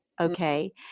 Okay